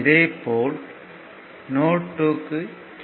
இதே போல் நோட் 2 க்கு கே